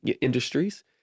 industries